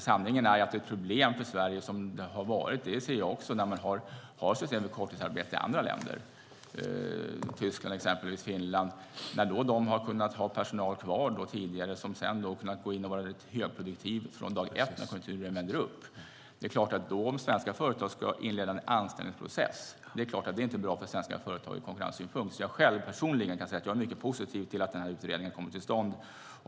Sanningen är att det har varit ett problem för Sverige - det ser jag också. Andra länder som har system med korttidsarbete, exempelvis Tyskland och Finland, har kunnat ha personal kvar som sedan gått in och varit högproduktiv från dag ett när konjunkturen går upp. Om svenska företag då ska inleda en anställningsprocess är det inte bra för dem ur konkurrenssynpunkt. Jag kan personligen säga att jag är mycket positiv till att den här utredningen kommer till stånd.